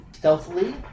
Stealthily